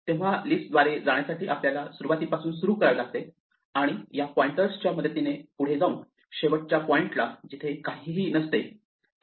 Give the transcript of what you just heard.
तेव्हा लिस्ट द्वारे जाण्यासाठी आपल्याला सुरुवातीपासून सुरू करावे लागते आणि या पॉइंटर च्या मदतीने जाऊन शेवटच्या पॉइंटला जिथे काहीही नसते तिथे पोहोचतो